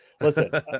Listen